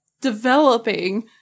developing